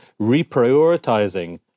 reprioritizing